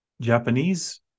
Japanese